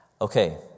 Okay